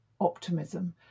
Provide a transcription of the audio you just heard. optimism